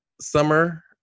summer